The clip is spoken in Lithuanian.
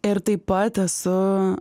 ir taip pat esu